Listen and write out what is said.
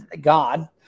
God